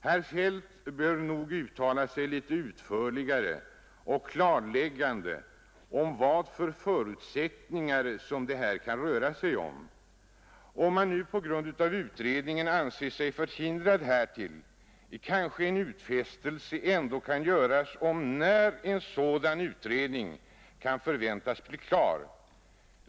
Herr Feldt bör nog uttala sig något utförligare och mer klarläggande om vilka förutsättningar som det här kan röra sig om. Om man nu på grund av utredningen anser sig förhindrad härtill, kan kanske ändå en utfästelse göras om den tidpunkt när en sådan utredning kan förväntas bli klar.